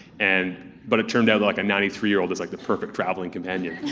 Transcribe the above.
and. but it turned out like a ninety three year-old is like the perfect travelling companion.